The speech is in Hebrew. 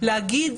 להגיד